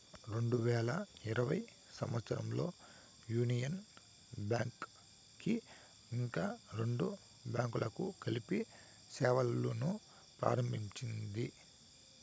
రెండు వేల ఇరవై సంవచ్చరంలో యూనియన్ బ్యాంక్ కి ఇంకా రెండు బ్యాంకులను కలిపి సేవలును ప్రారంభించింది